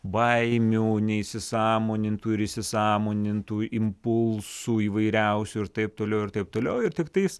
baimių neįsisąmonintų ir įsisąmonintų impulsų įvairiausių ir taip toliau ir taip toliau ir tiktais